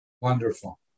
Wonderful